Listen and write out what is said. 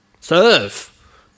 Serve